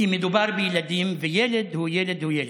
כי מדובר בילדים וילד הוא ילד הוא ילד.